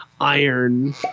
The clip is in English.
iron